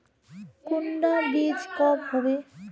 कुंडा बीज कब होबे?